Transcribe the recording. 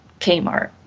Kmart